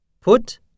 Put